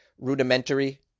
rudimentary